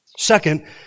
Second